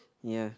ya